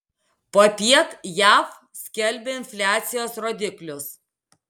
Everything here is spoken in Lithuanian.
popiet jav skelbia infliacijos rodiklius